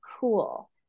cool